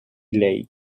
lake